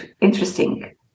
interesting